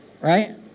right